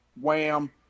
Wham